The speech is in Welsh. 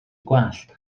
gwallt